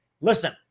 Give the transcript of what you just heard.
listen